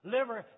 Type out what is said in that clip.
Liver